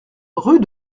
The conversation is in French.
rue